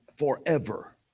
Forever